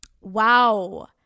wow